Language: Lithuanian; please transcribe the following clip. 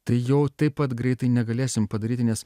tai jau taip pat greitai negalėsim padaryti nes